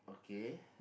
okay